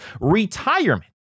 retirement